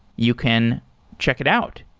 you can check it out.